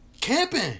Camping